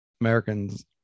Americans